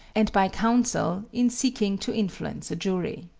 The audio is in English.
and by counsel in seeking to influence a jury.